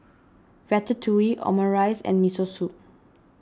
Ratatouille Omurice and Miso Soup